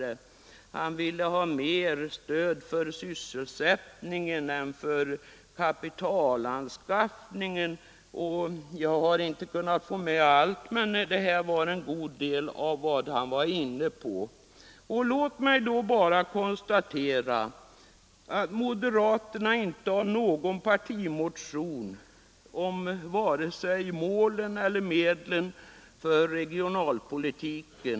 Herr Burenstam Linder ville dessutom ha bättre stöd för sysselsättningen än för kapitalanskaffningen osv. Jag kunde inte notera allt, men det uppräknade är en del av vad herr Burenstam Linder var inne på. Jag konstaterar emellertid att moderaterna inte har någon partimotion om vare sig målen eller medlen för regionalpolitiken.